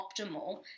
optimal